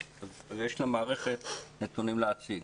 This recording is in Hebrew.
אז יש למערכת נתונים להציג.